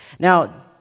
Now